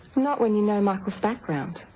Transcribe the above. not when you know michael's background.